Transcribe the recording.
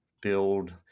Build